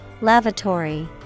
Lavatory